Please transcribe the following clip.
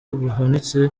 buhanitse